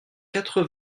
quatre